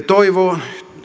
toivoa